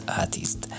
artist